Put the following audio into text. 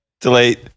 Delete